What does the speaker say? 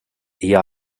eher